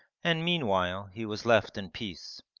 and meanwhile he was left in peace.